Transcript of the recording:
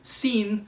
seen